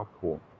Cool